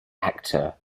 actor